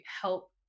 help